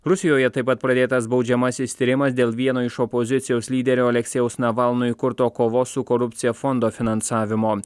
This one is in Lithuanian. rusijoje taip pat pradėtas baudžiamasis tyrimas dėl vieno iš opozicijos lyderio aleksejaus navalno įkurto kovos su korupcija fondo finansavimo